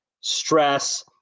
stress